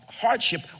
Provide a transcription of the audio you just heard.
hardship